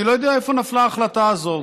אני לא יודע איפה נפלה ההחלטה הזאת.